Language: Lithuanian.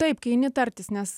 taip kai eini tartis nes